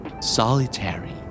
Solitary